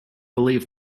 believe